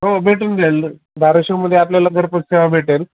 हो भेटून जाईल धाराशिवमध्ये आपल्याला दरपट्ट्या भेटेल